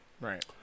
Right